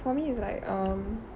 for me it's like um